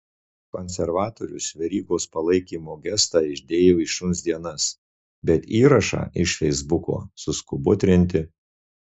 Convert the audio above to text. konservatorius verygos palaikymo gestą išdėjo į šuns dienas bet įrašą iš feisbuko suskubo trinti